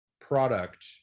product